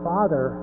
Father